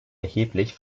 erheblich